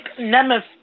Nemeth